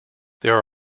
there